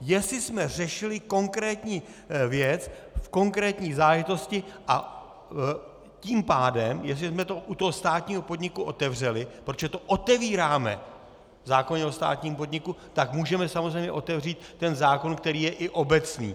Jestli jsme řešili konkrétní věc v konkrétní záležitosti a tím pádem jestli jsme to u toho státního podniku otevřeli, protože to otevíráme v zákoně o státním podniku, tak můžeme samozřejmě otevřít i ten zákon, který je obecný.